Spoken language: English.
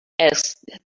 asked